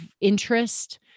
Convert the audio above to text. interest